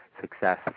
success